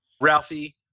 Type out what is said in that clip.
Ralphie